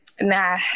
Nah